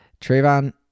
Trayvon